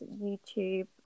YouTube